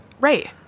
Right